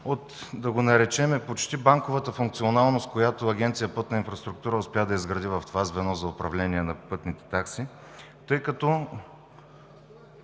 от, да го наречем „почти банковата функционалност“, която Агенция „Пътна инфраструктура“ успя да изгради в това звено за управление на пътните такси. Тъй като